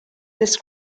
this